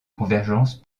convergence